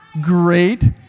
great